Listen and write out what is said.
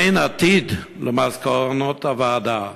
אין עתיד למסקנות הוועדה,